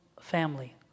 family